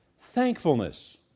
thankfulness